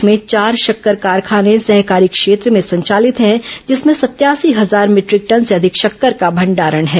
प्रदेश में चार शक्कर कारखाने सहाकारी क्षेत्र में संचालित हैं जिमसे सत्यासी हजार मीटरिक टन से अधिक शक्कर का भंडारण है